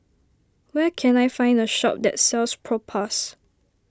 where can I find a shop that sells Propass